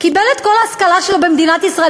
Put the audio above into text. קיבל את כל ההשכלה שלו במדינת ישראל,